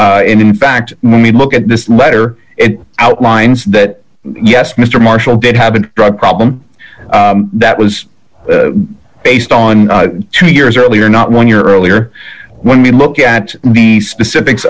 time and in fact when we look at this letter it outlines that yes mr marshall did have a drug problem that was based on two years earlier not when your earlier when we look at the specifics